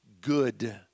good